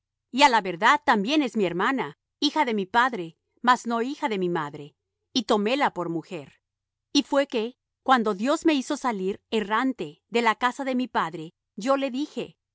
á la verdad también es mi hermana hija de mi padre mas no hija de mi madre y toméla por mujer y fue que cuando dios me hizo salir errante de la casa de mi padre yo le dije